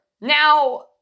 now